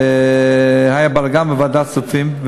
והיה בלגן בוועדת הכספים.